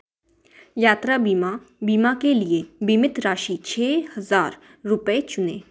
यात्रा बीमा बीमा के लिए बीमित राशि छः हज़ार रुपये चुनें